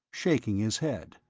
shaking his head.